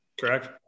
Correct